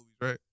right